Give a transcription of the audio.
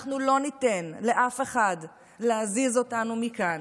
אנחנו לא ניתן לאף אחד להזיז אותנו מכאן.